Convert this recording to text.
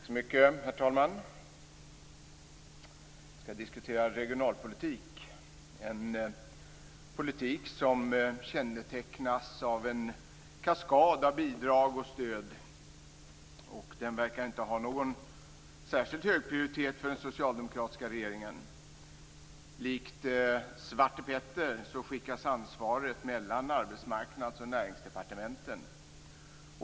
Herr talman! Jag skall diskutera regionalpolitik, en politik som kännetecknas av en kaskad av bidrag och stöd. Den verkar inte ha någon särskilt hög prioritet för den socialdemokratiska regeringen. Likt Svarte Näringsdepartementen.